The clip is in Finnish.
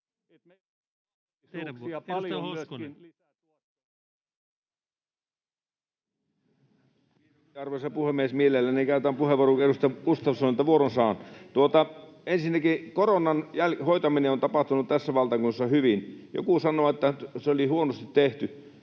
Arvoisa puhemies! Mielelläni käytän puheenvuoron, kun edustaja Gustafssonilta vuoron saan. — Ensinnäkin koronan hoitaminen on tapahtunut tässä valtakunnassa hyvin. Joku sanoo, että se oli huonosti tehty,